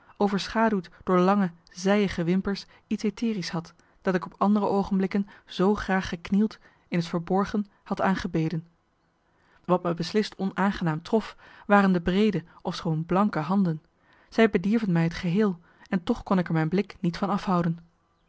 overschaduwd door lange zijige wimpers iets aetherisch had dat ik op andere oogenblikken zoo graag geknield in t verborgen had aangebeden wat me beslist onaangenaam trof waren de breede ofschoon blanke handen zij bedierven mij het geheel en toch kon ik er mijn blik niet van afhouden